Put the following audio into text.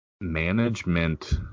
management